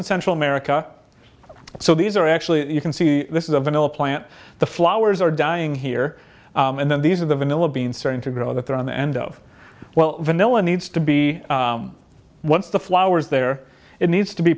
in central america so these are actually you can see this is a vanilla plant the flowers are dying here and then these are the vanilla beans certain to grow that they're on the end of well vanilla a needs to be once the flowers there it needs to be